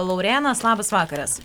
laurėnas labas vakaras